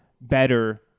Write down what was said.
better